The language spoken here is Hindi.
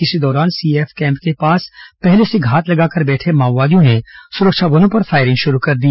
इसी दौरान सीएएफ कैम्प के पास पहले से घात लगाकर बैठे माओवादियों ने सुरक्षा बलों पर फायरिंग शुरू कर दी